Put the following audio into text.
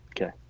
Okay